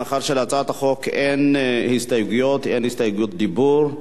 מאחר שלהצעת החוק אין הסתייגויות ואין הסתייגות דיבור,